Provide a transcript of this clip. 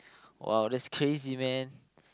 !wow! that's crazy man